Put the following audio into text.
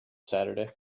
saturday